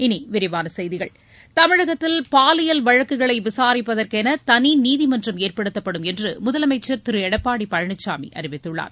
இனி விரிவான செய்திகள் தமிழகத்தில் பாலியல் வழக்குகளை விசாரிப்பதற்கென தளி நீதிமன்றம் ஏற்படுத்தப்படும் என்று முதலமைச்சர் திரு எடப்பாடி பழனிசாமி அறிவித்துள்ளார்